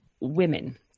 women